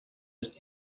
ist